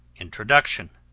introduction